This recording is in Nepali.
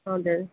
हजुर